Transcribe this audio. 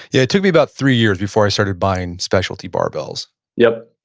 yeah it took me about three years before i started buying specialty barbells yep,